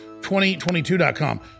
2022.com